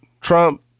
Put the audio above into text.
Trump